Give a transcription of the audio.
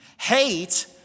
Hate